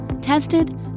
Tested